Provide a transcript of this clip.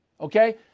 Okay